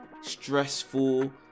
stressful